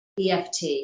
EFT